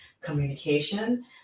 communication